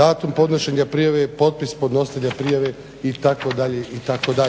datum podnošenja prijave, potpis podnositelja prijave" itd.,